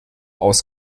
aus